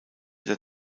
der